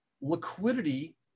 Liquidity